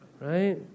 right